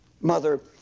Mother